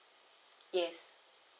yes